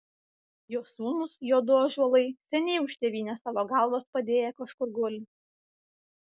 jo sūnūs jo du ąžuolai seniai už tėvynę savo galvas padėję kažkur guli